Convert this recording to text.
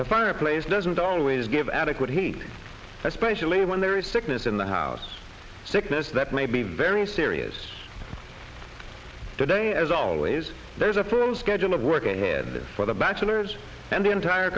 the fireplace doesn't always give adequate heat especially when there is sickening in the house sickness that may be very serious today as always there's a firm schedule of work ahead for the bachelors and the entire